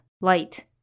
light